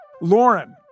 Lauren